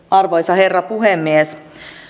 arvoisa herra puhemies